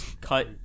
cut